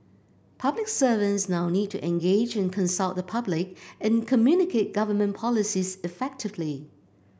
public servants now need to engage and consult the public and communicate government policies effectively